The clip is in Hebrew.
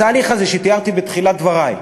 התהליך הזה שתיארתי בתחילת דברי,